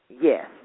Yes